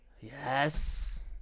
Yes